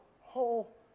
whole